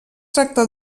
tracta